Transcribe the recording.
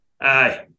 Aye